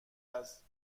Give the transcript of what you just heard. است